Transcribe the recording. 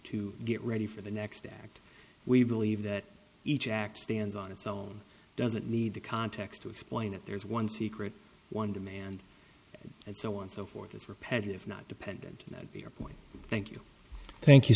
to get ready for the next act we believe that each act stands on its own doesn't need the context to explain it there's one secret one demand and so on so forth is repetitive not dependent not be a point thank you thank you